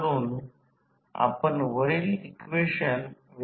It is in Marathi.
म्हणून K हे V1 V2 होते की K V2 वजा V21 असे लिहिले जाऊ शकते